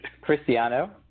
Cristiano